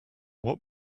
what